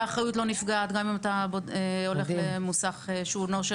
למשל שהאחריות לא נפגעת גם אם אתה הולך למוסך שהוא אינו של